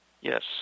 Yes